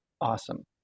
awesome